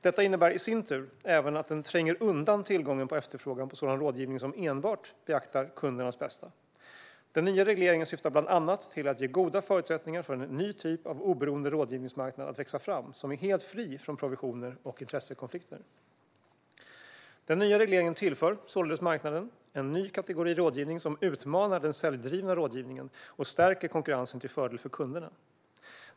Detta innebär i sin tur även att den tränger undan tillgången och efterfrågan på sådan rådgivning som enbart beaktar kundernas bästa. Den nya regleringen syftar bland annat till att ge goda förutsättningar för en ny typ av oberoende rådgivningsmarknad att växa fram som är helt fri från provisioner och intressekonflikter. Den nya regleringen tillför således marknaden en ny kategori rådgivning som utmanar den säljdrivna rådgivningen och stärker konkurrensen till fördel för kunderna.